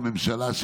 הממשלה,